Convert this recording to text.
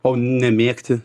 o nemėgti